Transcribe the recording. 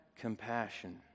Compassion